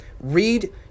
read